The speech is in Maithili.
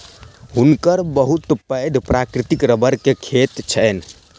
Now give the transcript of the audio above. हुनकर बहुत पैघ प्राकृतिक रबड़ के खेत छैन